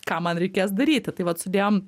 ką man reikės daryti tai vat sudėjom